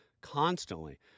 constantly